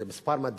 זה מספר מדהים,